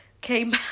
Came